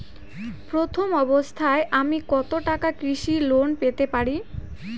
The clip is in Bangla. প্রথম অবস্থায় আমি কত টাকা কৃষি লোন পেতে পারি?